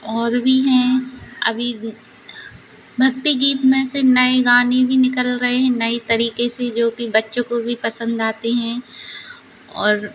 और भी हैं अभी भक्ति गीत में से नए गाने भी निकल रहे हैं नए तरीके से जोकि बच्चों को भी पसन्द आते हैं और